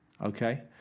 okay